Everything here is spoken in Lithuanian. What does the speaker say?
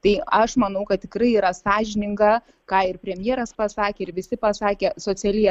tai aš manau kad tikrai yra sąžininga ką ir premjeras pasakė ir visi pasakė socialiai